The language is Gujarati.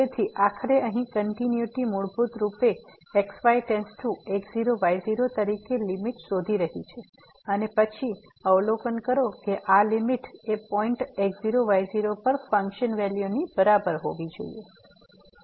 તેથી આખરે અહીં કંટીન્યુટી મૂળભૂત રૂપે x y→x0 y0 તરીકે લીમીટ શોધી રહી છે અને પછી અવલોકન કરો કે આ લીમીટ એ પોઈન્ટ x0 y0 પર ફંક્શન વેલ્યુ ની બરાબર હોવી જોઈએ